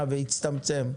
והצטמצם.